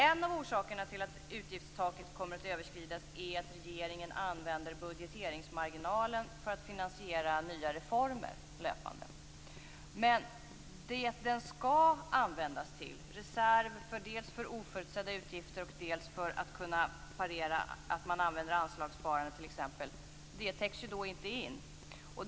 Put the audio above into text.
En av orsakerna till att utgiftstaket kommer att överskridas är att regeringen använder budgeteringsmarginalen för att finansiera nya reformer löpande. Men det den skall användas till, dels till reserv för oförutsedda utgifter, dels för att kunna parera t.ex. anslagsminskningar, täcks inte in.